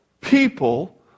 people